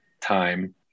time